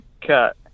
cut